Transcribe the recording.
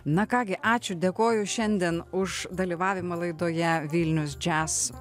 na ką gi ačiū dėkoju šiandien už dalyvavimą laidoje vilnius jazz